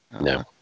No